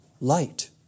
light